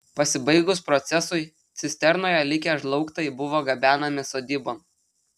pasibaigus procesui cisternoje likę žlaugtai buvo gabenami sodybon